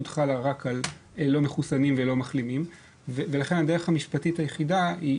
חלה רק על לא מחסונים ולא מחלימים ולכן הדרך המשפטית היחידה היא